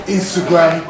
Instagram